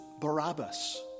Barabbas